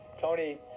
Tony